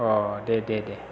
दे दे दे